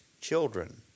children